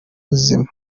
muzima